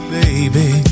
baby